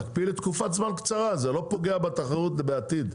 להקפיא לתקופת זמן קצרה זה לא פוגע בתחרות בעתיד.